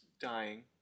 dying